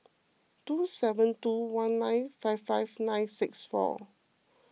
two seven two one nine five five nine six four